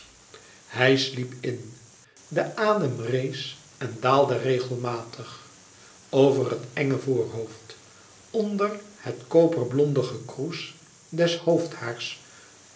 hij sliep in de adem rees en daalde regelmatig over het enge voorhoofd onder het koperblonde gekroes des